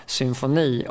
symfoni